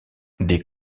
des